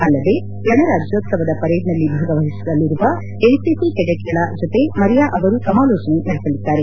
ಅಲ್ಲದೆ ಗಣರಾಜ್ಯೋತ್ಸವದ ಪರೇಡ್ನಲ್ಲಿ ಭಾಗವಹಿಸಲಿರುವ ಎನ್ಸಿಸಿ ಕೆಡೆಟ್ಗಳ ಜತೆ ಮರಿಯಾ ಅವರು ಸಮಾಲೋಚನೆ ನಡೆಸಲಿದ್ದಾರೆ